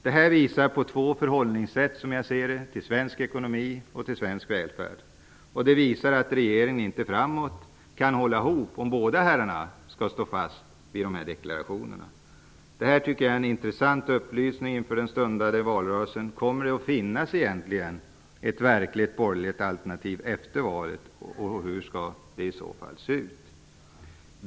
Detta visar, som jag ser det, på två olika förhållningssätt vad gäller svensk ekonomi och svensk välfärd. Det visar också att regeringen framöver inte kommer att kunna hålla ihop, om båda dessa herrar skall hålla fast vid sina deklarationer. Det är en intressant upplysning inför den kommande valrörelsen. Kommer det egentligen att finnas ett verkligt borgerligt alternativ efter valet, och hur skall det i så fall se ut?